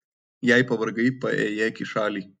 jei pavargai paėjėk į šalį